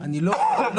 אני לא בטוח.